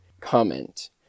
comment